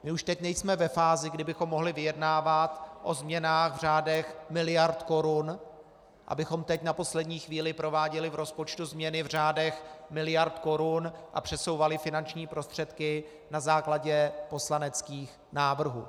My už teď nejsme ve fázi, kdy bychom mohli vyjednávat o změnách v řádech miliard korun, abychom teď na poslední chvíli prováděli v rozpočtu změny v řádech miliard korun a přesouvali finanční prostředky na základě poslaneckých návrhů.